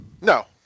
No